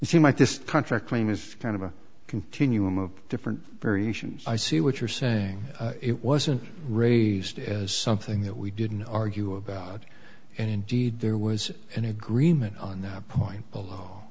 you might just contract claim is kind of a continuum of different variations i see what you're saying it wasn't raised as something that we didn't argue about and indeed there was an agreement on that point below